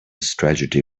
strategy